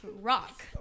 rock